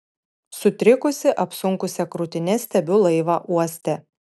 sutrikusi apsunkusia krūtine stebiu laivą uoste